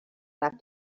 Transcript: left